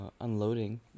unloading